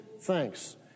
thanks